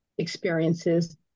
experiences